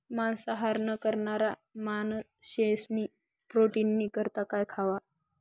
मांसाहार न करणारा माणशेस्नी प्रोटीननी करता काय खावा